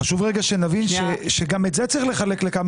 חשוב שנבין שגם את זה יש לחלק לכמה